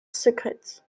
secret